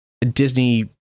disney